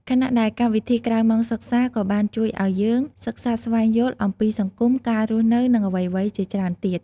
ខណៈដែលកម្មវិធីក្រៅម៉ោងសិក្សា ក៏បានជួយឲ្យយើងសិក្សាស្វែងយល់អំពីសង្គម ការរស់នៅ និងអ្វីៗជាច្រើនទៀត។